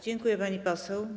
Dziękuję, pani poseł.